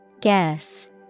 Guess